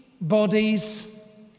bodies